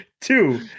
Two